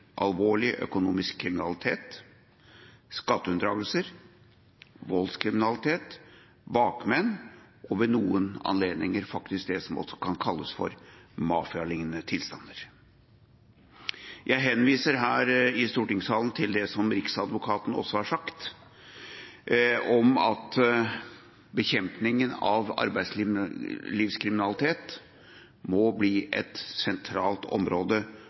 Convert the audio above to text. alvorlig økonomisk kriminalitet, skatteunndragelser, voldskriminalitet, bakmenn og ved noen anledninger faktisk det som også kan kalles mafialignende tilstander. Jeg henviser her i stortingssalen til det som Riksadvokaten også har sagt, om at bekjempelse av arbeidslivskriminalitet må bli et sentralt område